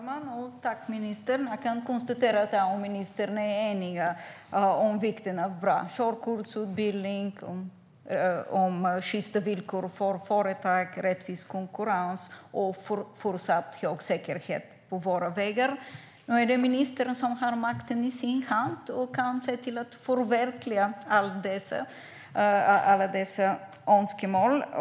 Herr talman! Jag kan konstatera att jag och ministern är eniga om vikten av bra körkortsutbildning, sjysta villkor för företag, rättvis konkurrens och fortsatt hög säkerhet på våra vägar. Nu är det ministern som har makten i sin hand och kan se till att förverkliga alla dessa önskemål.